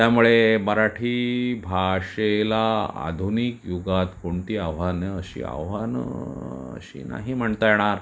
त्यामुळे मराठी भाषेला आधुनिक युगात कोणती आव्हानं अशी आव्हानं अशी नाही म्हणता येणार